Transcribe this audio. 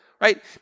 right